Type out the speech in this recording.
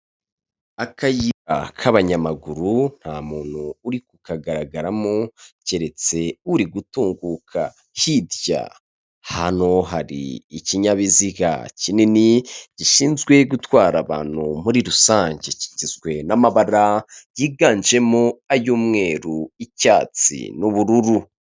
Akayira k'abanyamaguru nta muntu uri ku kagaragaramo keretse uri gutunguka hirya, hano hari ikinyabiziga kinini gishinzwe gutwara abantu muri rusange kigizwe n'amabara yiganjemo ay'umweru, icyatsi n'ubururu.